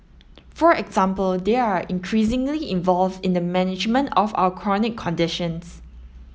for example they are increasingly involved in the management of our chronic conditions